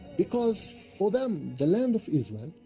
because for them, the land of israel,